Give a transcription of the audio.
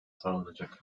sağlanacak